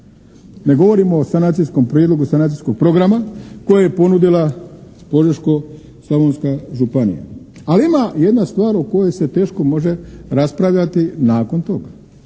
Ne govorimo o sanacijskom prijedlogu sanacijskog programa koje je ponudila Požeško-slavonska županija, ali ima jedna stvar o kojoj se teško može raspravljati nakon toga.